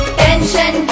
tension